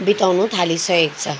बिताउनु थालिसकेको छ